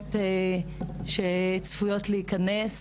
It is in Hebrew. ברפורמות שצפויות להיכנס.